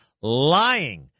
lying